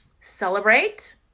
celebrate